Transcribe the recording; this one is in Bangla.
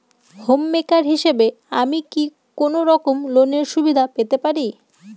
হোম মেকার হিসেবে কি আমি কোনো রকম লোনের সুবিধা পেতে পারি?